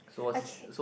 okay